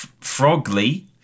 Frogly